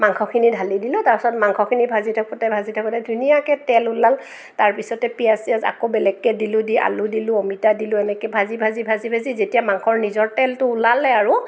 মাংসখিনি ঢালি দিলোঁ তাৰপিছত মাংসখিনি ভাজি থাকোঁতে ভাজি থাকোঁতে ধুনীয়াকৈ তেল ওলাল তাৰপিছতে পিঁয়াজ চিয়াজ আকৌ বেলেগকৈ দিলোঁ দি আলু দিলোঁ অমিতা দিলোঁ এনেকৈ ভাজি ভাজি ভাজি ভাজি যেতিয়া মাংসৰ নিজৰ তেলটো ওলালে আৰু